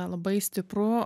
labai stiprų